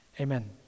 Amen